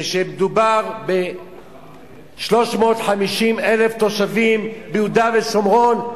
כשמדובר ב-350,000 תושבים ביהודה ושומרון,